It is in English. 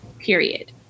period